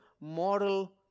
moral